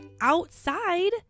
outside